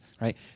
right